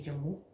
Jammu